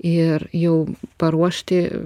ir jau paruošti